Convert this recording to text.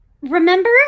remember